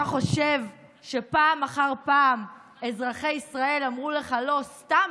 אתה חושב שפעם אחר פעם אזרחי ישראל אמרו לך "לא" סתם,